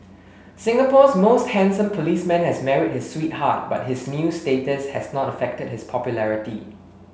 Singapore's most handsome policeman has married his sweetheart but his new status has not affected his popularity